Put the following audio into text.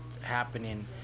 happening